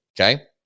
okay